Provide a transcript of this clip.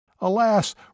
Alas